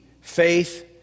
faith